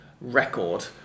record